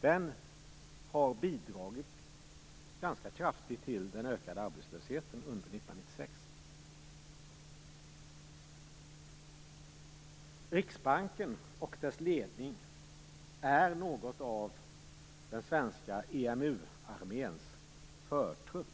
Den politiken har bidragit ganska kraftigt till den ökade arbetslösheten under 1996. Riksbanken och dess ledning är något av den svenska EMU-arméns förtrupp.